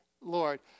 Lord